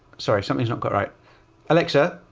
sorry, something's not quite right alexa,